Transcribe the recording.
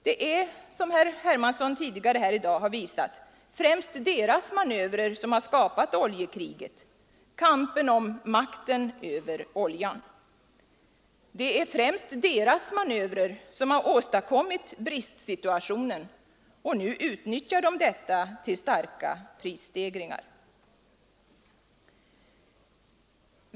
Det är, som herr Hermansson tidigare här i dag har visat, främst deras manövrer som har skapat oljekrisen: kampen om makten över oljan. Det är främst deras manövrer som har åstadkommit bristsituationen — och nu utnyttjar de denna till starka prisstegringar.